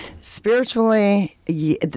Spiritually